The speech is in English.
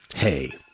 Hey